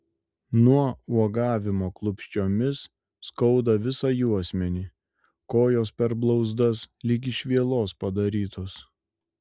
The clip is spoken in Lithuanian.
nuo uogavimo klupsčiomis skauda visą juosmenį kojos per blauzdas lyg iš vielos padarytos